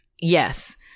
Yes